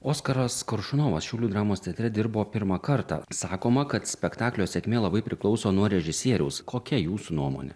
oskaras koršunovas šiaulių dramos teatre dirbo pirmą kartą sakoma kad spektaklio sėkmė labai priklauso nuo režisieriaus kokia jūsų nuomonė